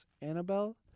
Annabelle